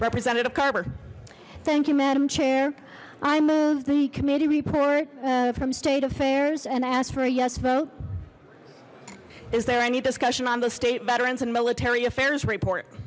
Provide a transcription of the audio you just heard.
representative carver thank you madam chair i move the committee report from state affairs and asked for a yes vote is there any discussion on the state veterans and military affairs report